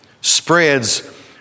spreads